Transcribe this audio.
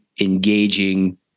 engaging